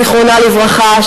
זיכרונה לברכה,